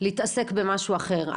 להתעסק במשהו אחר.